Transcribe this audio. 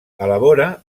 elabora